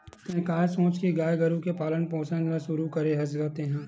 त काय सोच के गाय गरु के पालन पोसन ल शुरू करे हस गा तेंहा?